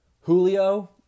Julio